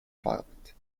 violent